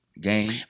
Game